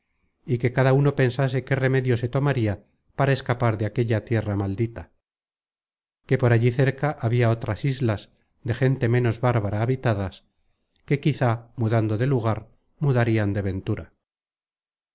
y que cada uno pensase qué remedio se tomaria para escapar de aquella tierra maldita que por allí cerca habia otras islas de gente content from google book search generated at ménos bárbara habitadas que quizá mudando de lugar mudarian de ventura